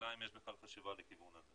השאלה אם יש בכלל חשיבה לכיוון הזה.